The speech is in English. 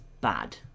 bad